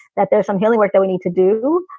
that there's some healing work that we need to do.